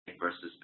versus